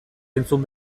entzun